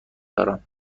دارم